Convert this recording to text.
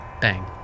bang